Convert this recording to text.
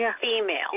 female